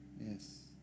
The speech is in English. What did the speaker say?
Yes